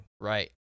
Right